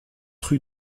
rue